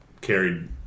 carried